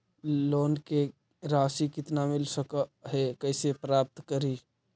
Loan के रासि कितना मिल सक है कैसे पता करी?